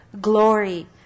glory